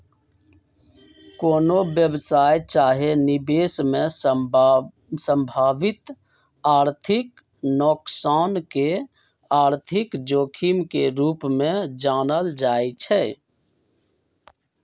कोनो व्यवसाय चाहे निवेश में संभावित आर्थिक नोकसान के आर्थिक जोखिम के रूप में जानल जाइ छइ